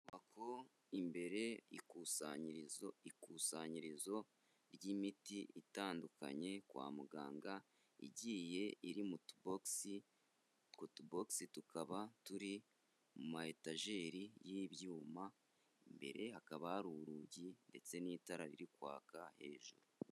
Inyubako imbere ikusanyirizo. Ikusanyirizo ry'imiti itandukanye kwa muganga igiye iri mutubogisi, utwo tubogisi tukaba turi mu ma etageri y'ibyuma, imbere hakaba hari urugi ndetse n'itara ririkwaga hejuru.